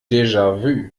déjà